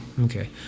Okay